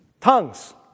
Tongues